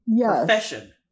profession